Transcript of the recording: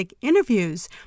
interviews